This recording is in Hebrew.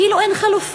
כאילו אין חלופות,